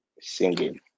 singing